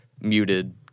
muted